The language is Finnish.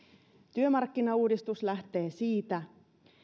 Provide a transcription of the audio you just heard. työmarkkinauudistus lähtee siitä